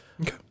Okay